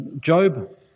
Job